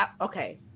Okay